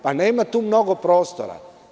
Pa, nema tu mnogo prostora.